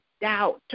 doubt